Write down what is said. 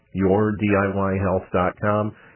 YourDIYHealth.com